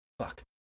fuck